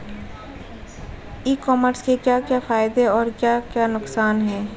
ई commerce के क्या क्या फायदे और क्या क्या नुकसान है?